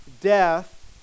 Death